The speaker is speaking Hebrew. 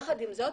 יחד עם זאת